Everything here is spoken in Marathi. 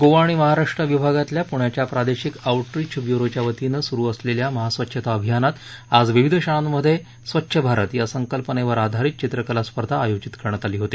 गोवा आणि महाराष्ट्र विभागातल्या पुण्याच्या प्रादेशिक आऊटरीच ब्युरोच्या वतीनं सुरु असलेल्या महास्वच्छता अभियानात आज विविध शाळांमध्ये आज स्वच्छ भारत या संकल्पनेवर आधारित चित्रकला स्पर्धा आयोजीत करण्यात आली होती